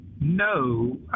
No